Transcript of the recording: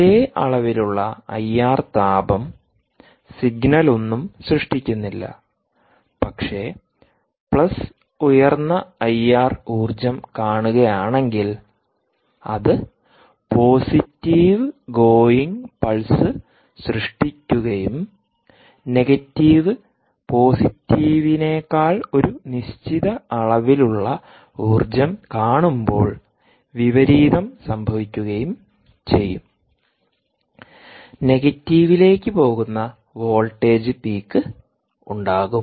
ഒരേ അളവിലുള്ള ഐആർ താപം സിഗ്നലൊന്നും സൃഷ്ടിക്കുന്നില്ല പക്ഷേ പ്ലസ് ഉയർന്ന ഐആർ ഊർജ്ജം കാണുകയാണെങ്കിൽ അത് പോസിറ്റീവ് ഗോയിംഗ് പൾസ് സൃഷ്ടിക്കുകയും നെഗറ്റീവ്പോസിറ്റീവിനേക്കാൾ ഒരു നിശ്ചിത അളവിലുള്ള ഊർജ്ജം കാണുമ്പോൾ വിപരീതം സംഭവിക്കുകയും ചെയ്യും നെഗറ്റീവിലേക്ക് പോകുന്ന വോൾട്ടേജ് പീക്ക് ഉണ്ടാകും